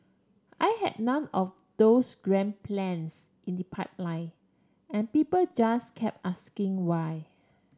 I had none of those grand plans in the pipeline and people just kept asking why